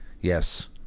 Yes